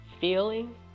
feeling